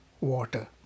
water